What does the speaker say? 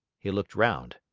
he looked round.